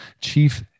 Chief